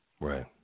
right